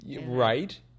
right